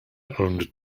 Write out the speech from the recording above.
owned